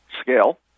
scale